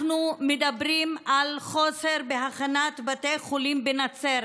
אנחנו מדברים על חוסר בהכנת בתי החולים בנצרת,